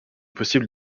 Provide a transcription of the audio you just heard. possible